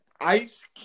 ice